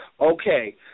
okay